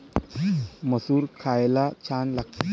मसूर खायला छान लागते